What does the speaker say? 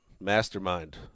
mastermind